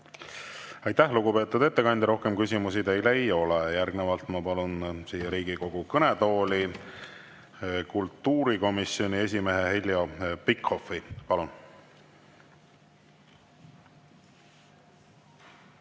Aitäh, lugupeetud ettekandja! Rohkem küsimusi teile ei ole. Järgnevalt ma palun siia Riigikogu kõnetooli kultuurikomisjoni esimehe Heljo Pikhofi. Palun!